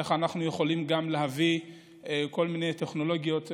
איך אנחנו יכולים להביא כל מיני טכנולוגיות,